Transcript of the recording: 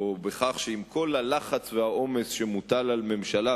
או שעם כל הלחץ והעומס שמוטל על ממשלה,